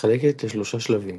מתחלקת לשלושה שלבים